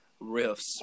riffs